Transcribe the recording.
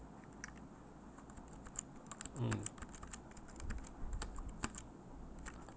mm